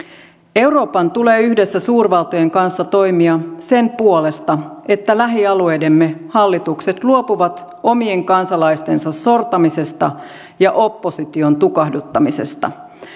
euroopan tulee yhdessä suurvaltojen kanssa toimia sen puolesta että lähialueidemme hallitukset luopuvat omien kansalaistensa sortamisesta ja opposition tukahduttamisesta